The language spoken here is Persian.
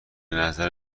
نظر